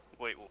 wait